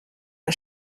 der